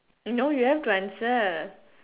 no you have to answer